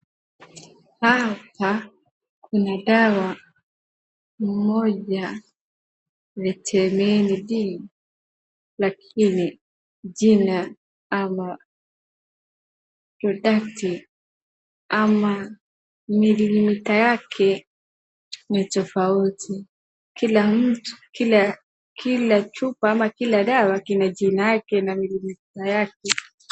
Hapa kuna dawa moja vitamin D lakini jina ama chodate ama mililita yake ni tofauti. Kila chupa ama kila dawa ina jinake na mililita yake.